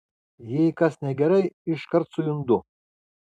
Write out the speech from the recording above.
jei kas negerai iškart sujundu